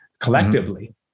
Collectively